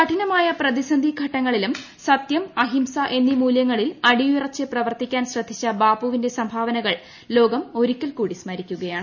കഠിനമായ പ്രതിസന്ധി ഘട്ടങ്ങളിലും സത്യും അഹിംസ എന്നീ മൂല്യങ്ങളിൽ അടിയുറച്ച് പ്രവർത്തിക്കാൻ ശ്ര്ദ്ധിച്ച ബാപ്പുവിന്റെ സംഭാവനകൾ ലോകം ഒരിക്കൽ കൂടി സ്മരീക്കുകയാണ്